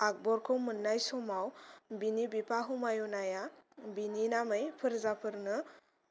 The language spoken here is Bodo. आकबरखौ मोननाय समाव बिनि बिफा हुमायुना बिनि नामै फोरजाफोरनो